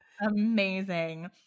Amazing